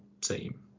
team